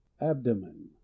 Abdomen